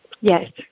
yes